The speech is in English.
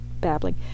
babbling